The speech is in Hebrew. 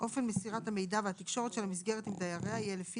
אופן מסירת המידע והתקשורת של המסגרת עם דייריה יהיה לפי